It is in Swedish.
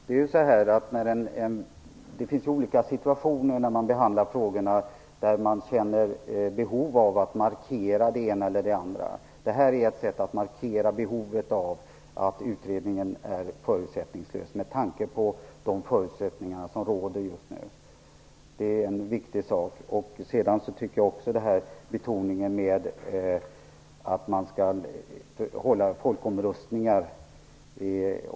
Fru talman! När man behandlar frågor finns det situationer när man känner behov av att markera det ena eller det andra. Det här är ett sätt att markera behovet av att utredningen är förutsättningslös med tanke på de förutsättningar som råder just nu. Det är en viktig sak. Sedan tycker jag också att det är viktigt att betona vikten av att hålla folkomröstningar.